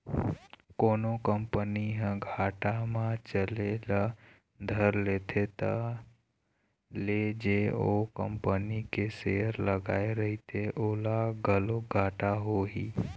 कोनो कंपनी ह घाटा म चले ल धर लेथे त ले जेन ओ कंपनी के सेयर लगाए रहिथे ओला घलोक घाटा होही